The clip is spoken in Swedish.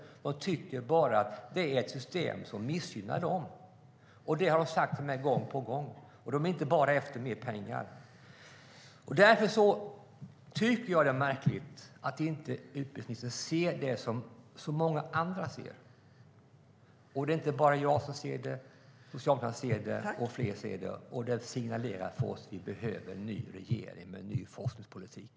De tycker bara att systemet missgynnar dem. Det har de sagt till mig gång på gång. De är inte bara ute efter mer pengar. Det är märkligt att utbildningsministern inte ser det som så många andra ser. Det är inte bara jag som ser det. Socialdemokraterna ser det, och fler ser det. Det signalerar för oss att vi behöver en ny regering med en ny forskningspolitik.